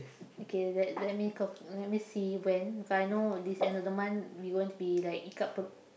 okay let let me k~ let me see when because I know this end of the month we gonna be like ikat per~